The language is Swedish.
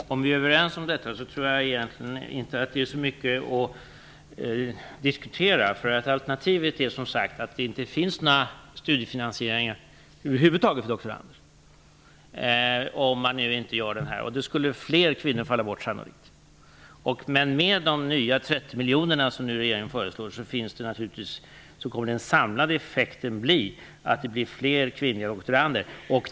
Fru talman! Om vi är överens om detta tror jag inte att det egentligen är så mycket att diskutera. Alternativet är som sagt att det inte finns några studiefinansieringar över huvud taget för doktorander. Då skulle sannolikt fler kvinnor falla bort. Av de nya 30 miljoner som regeringen nu föreslår kommer den samlade effekten bli att det blir fler kvinnliga doktorander.